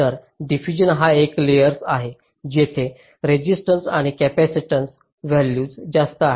तर डिफ्यूजन हा एक लेयर्स आहे जेथे रेसिस्टन्स आणि कॅपेसिटन्स व्हॅल्युज जास्त आहेत